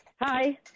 Hi